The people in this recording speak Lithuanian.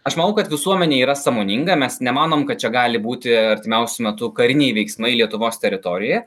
aš manau kad visuomenė yra sąmoninga mes nemanom kad čia gali būti artimiausiu metu kariniai veiksmai lietuvos teritorijoje